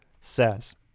says